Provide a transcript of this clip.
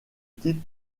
titre